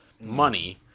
money